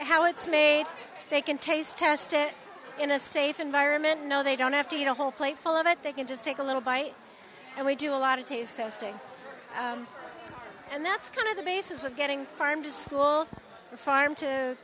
how it's made they can taste test it in a safe environment no they don't have to eat a whole plate full of it they can just take a little bite and we do a lot of taste testing and that's kind of the basis of getting farm to school farm to